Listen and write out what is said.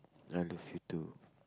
I love you too